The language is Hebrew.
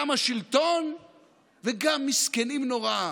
גם השלטון וגם מסכנים נורא.